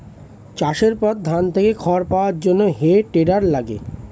চাষের পর ধান থেকে খড় পাওয়ার জন্যে হে টেডার লাগে